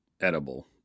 edible